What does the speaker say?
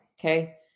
Okay